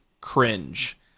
cringe